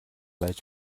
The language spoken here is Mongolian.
байж